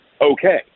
okay